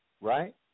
Right